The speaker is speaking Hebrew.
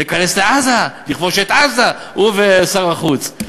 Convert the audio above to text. להיכנס לעזה, לכבוש את עזה, הוא ושר החוץ.